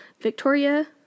Victoria